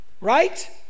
Right